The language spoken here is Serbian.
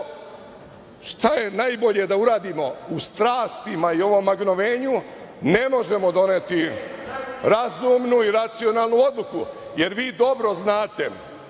je najbolje da uradimo u strastima i ovom magnovenju? Ne možemo doneti razumnu i racionalnu odluku, jer vi dobro znate